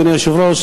אדוני היושב-ראש,